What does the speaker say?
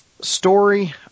Story